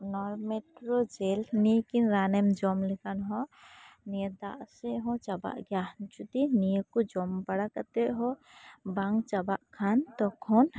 ᱱᱚᱨᱢᱮᱠᱨᱳ ᱡᱮᱞ ᱱᱤᱭᱟᱹᱠᱤᱱ ᱨᱟᱱᱮᱢ ᱡᱚᱢ ᱞᱮᱠᱷᱟᱱ ᱦᱚᱸ ᱱᱤᱭᱟᱹ ᱫᱟᱜ ᱥᱮᱜ ᱦᱚᱸ ᱪᱟᱵᱟᱜ ᱜᱮᱭᱟ ᱡᱩᱫᱤ ᱱᱤᱭᱟᱹ ᱠᱚ ᱡᱚᱢ ᱵᱟᱲᱟ ᱠᱟᱛᱮᱜ ᱦᱚᱸ ᱵᱟᱝ ᱪᱟᱵᱟᱜ ᱠᱷᱟᱱ ᱛᱟᱠᱷᱚᱱ